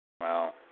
Wow